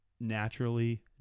naturally